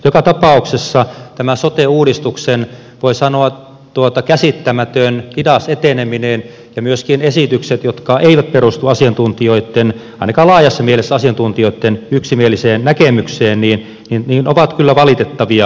joka tapauksessa tämä sote uudistuksen voi sanoa käsittämätön hidas eteneminen ja myöskin esitykset jotka eivät perustu ainakaan laajassa mielessä asiantuntijoitten yksimieliseen näkemykseen ovat kyllä valitettavia